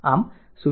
આમ 0